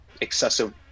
excessive